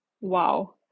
Wow